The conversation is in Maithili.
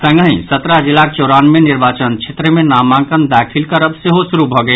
संगहि सत्रह जिलाक चौरानवे निर्वाचन क्षेत्र मे नामांकन दाखिल करब सेहो शुरू भऽ गेल